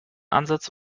ansatz